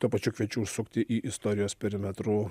tuo pačiu kviečiu užsukti į istorijos perimetrų